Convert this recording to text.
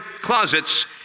closets